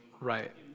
right